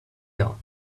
hill